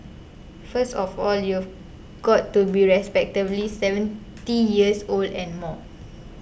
first of all you've got to be respectably seventy years old and more